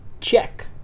check